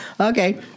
Okay